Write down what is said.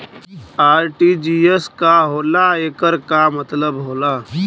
RTGS का होला एकर का मतलब होला?